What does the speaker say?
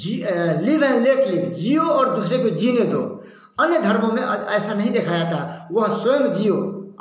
ji live and let live जीओ और दूसरे को जीन दो अन्य धर्मों में ऐसा नहीं देखा जाता वह स्वयं जीओ